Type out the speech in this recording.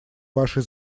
вашей